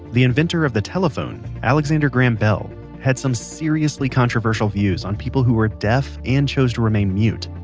the inventor of the telephone alexander graham bell had some seriously controversial views on people who were deaf and chose to remain mute.